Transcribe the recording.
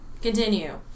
Continue